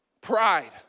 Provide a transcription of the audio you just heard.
Pride